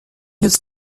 his